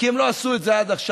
כי הם לא עשו את זה עד עכשיו,